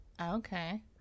Okay